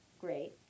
great